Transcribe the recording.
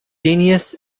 genus